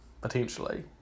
potentially